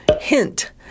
Hint